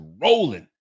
rolling